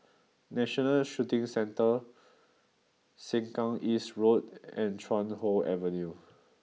National Shooting Centre Sengkang East Road and Chuan Hoe Avenue